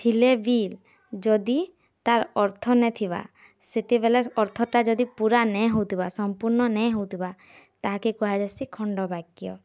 ଥିଲେ ବି ଯଦି ତାର୍ ଅର୍ଥ ନାଇଥିବା ସତେବେଲେ ଅର୍ଥଟା ଯଦି ପୂରା ନେଇହଉଥିବା ସମ୍ପୂର୍ଣ୍ଣ ନେଇ ହଉଥିବା ତାହାକେ କୁହାଯାଇସି ଖଣ୍ଡବାକ୍ୟ